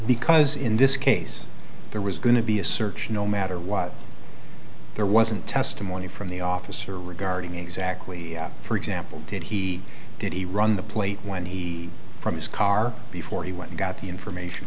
because in this case there was going to be a search no matter what there wasn't testimony from the officer regarding exactly for example did he did he run the plate when he from his car before he went got the information